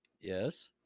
yes